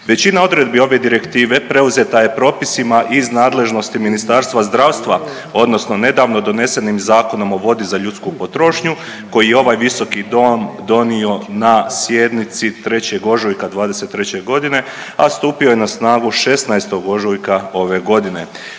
Većina odredbi ove direktive preuzeta je propisima iz nadležnosti Ministarstva zdravstva, odnosno nedavno donesenim Zakonom o vodi za ljudsku potrošnju koji je ovaj Visoki dom donio na sjednici 3. ožujka 2023. godine, a stupio je na snagu 16. ožujka ove godine.